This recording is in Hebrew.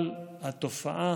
אבל התופעה